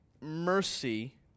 mercy